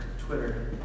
Twitter